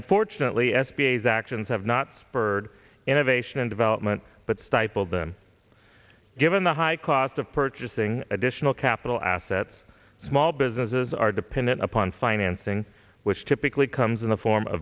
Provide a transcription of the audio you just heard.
unfortunately s b s actions have not spurred innovation and development but stifle them given the high cost of purchasing additional capital assets small businesses are dependent upon financing which typically comes in the form